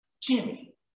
Jimmy